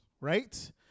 right